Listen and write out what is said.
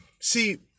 See